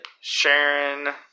Sharon